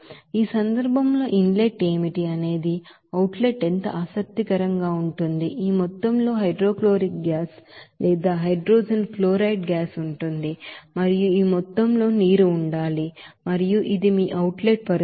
ఈ సందర్భంలో inlet ఏమిటి అనేది అవుట్ లెట్ ఎంత ఆసక్తికరంగా ఉంటుంది ఈ మొత్తంలో హైడ్రోక్లోరిక్ గ్యాస్ లేదా హైడ్రోజన్ క్లోరైడ్ గ్యాస్ ఉంటుంది మరియు ఈ మొత్తంలో నీరు ఉండాలి మరియు ఇది మీ అవుట్ లెట్ పరిస్థితి